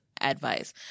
advice